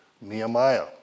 Nehemiah